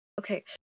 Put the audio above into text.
Okay